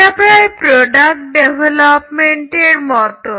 এটা প্রায় প্রোডাক্ট ডেভেলপমেন্টের মত